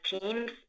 teams